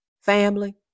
family